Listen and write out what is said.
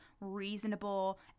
reasonable